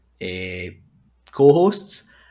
co-hosts